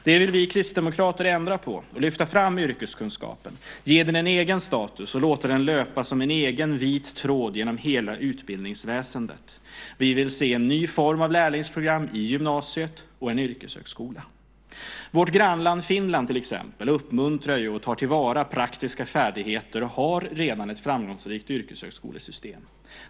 Det vill vi kristdemokrater ändra på och lyfta fram yrkeskunskapen, ge den en egen status och låta den löpa som en egen vit tråd genom hela utbildningsväsendet. Vi vill se en ny form av lärlingsprogram i gymnasiet och en yrkeshögskola. Vårt grannland Finland till exempel uppmuntrar och tar till vara praktiska färdigheter och har redan ett framgångsrikt yrkeshögskolesystem.